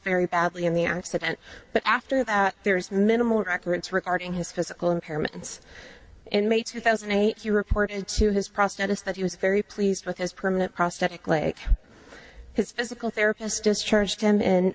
very badly in the accident but after that there is minimal records regarding his physical impairments and mates who thousand and eight you report into his prosthetics that he was very pleased with his permanent prosthetic leg his physical therapist discharged him